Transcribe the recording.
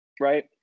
right